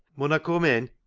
mun i cum in?